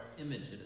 images